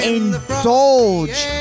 indulge